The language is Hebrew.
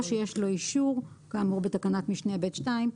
או שיש לו אישור כאמור בתקנת משנה ב(2).